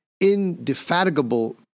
indefatigable